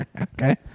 Okay